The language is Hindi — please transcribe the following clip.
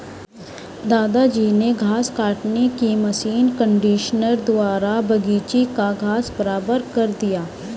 दादाजी ने घास काटने की मशीन कंडीशनर द्वारा बगीची का घास बराबर कर दिया